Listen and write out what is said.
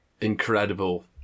incredible